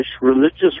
religious